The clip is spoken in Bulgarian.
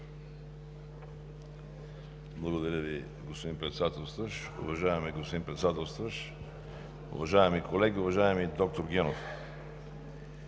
Благодаря Ви, господин Председател. Уважаеми колеги! Уважаеми доктор Генов,